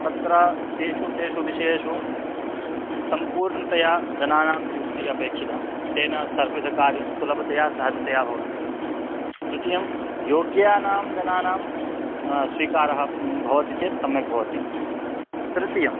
तत्र तेषु तेषु विषयेषु सम्पूर्णतया जनानां नियुक्तिः अपेक्षिता तेन सर्वविधकार्यं सुलभतया सहजतया भवति द्वितीयं योग्यानां जनानां स्वीकारः भवति चेत् सम्यक् भवति तृतीयं